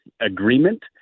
agreement